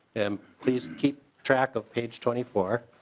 um please keep track of page twenty four.